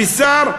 ושר,